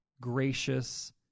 gracious